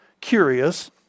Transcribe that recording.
curious